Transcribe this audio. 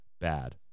bad